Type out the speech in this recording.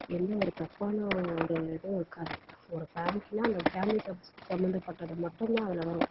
எந்த ஒரு தப்பான ஒரு இதுவும் இருக்காது ஒரு ஃபேமிலின்னா அந்த ஃபேமிலி சப்ஜெட் சம்பந்தப்பட்டது மட்டும் தான் அதில் வரும்